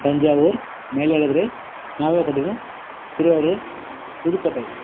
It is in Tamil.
தஞ்சாவூர் மயிலாடுதுறை நாகப்பட்டினம் திருவாரூர் புதுக்கோட்டை